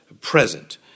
present